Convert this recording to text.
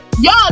y'all